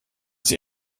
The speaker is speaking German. die